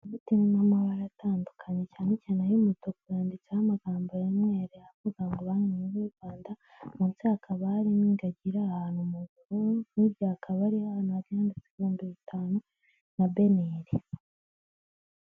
Ifitemo amabara atandukanye cyane cyane ay'umutuku yanditseho amagambo y' umweru, avuga ngo banki nkuru y'u Rwanda munsi hakaba harimo ingagi iri ahantu mubihuru hirya akaba hari ahantu handitse ibihumbi bitanu na beneri(BNR).